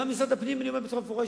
גם משרד הפנים, אני אומר בצורה מפורשת.